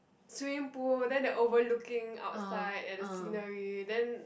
swimming pool then they're overlooking outside at the scenery then